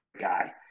guy